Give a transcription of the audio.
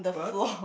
bus